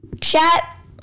Chat